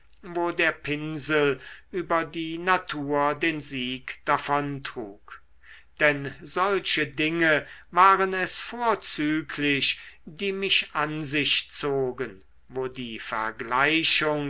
wo der pinsel über die natur den sieg davontrug denn solche dinge waren es vorzüglich die mich an sich zogen wo die